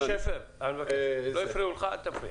שפר, לא הפריעו לך, אל תפריע.